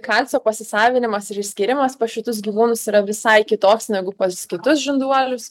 kalcio pasisavinimas ir išskyrimas pas šitus gyvūnus yra visai kitoks negu pas kitus žinduolius